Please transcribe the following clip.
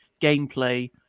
gameplay